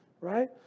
right